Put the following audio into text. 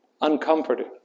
uncomforted